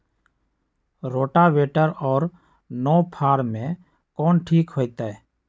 Rotavator और नौ फ़ार में कौन ठीक होतै?